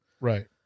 Right